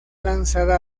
lanzada